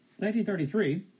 1933